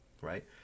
Right